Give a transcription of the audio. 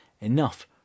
enough